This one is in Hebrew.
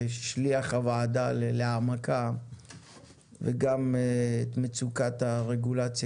שילח הוועדה להעמקה וגם ממצוקת הרגולציה